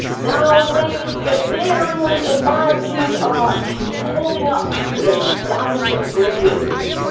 now raise the daringly imagined arch holding up the astounding bridges.